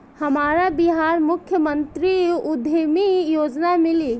हमरा बिहार मुख्यमंत्री उद्यमी योजना मिली?